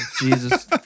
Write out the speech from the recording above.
Jesus